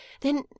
Then